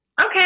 okay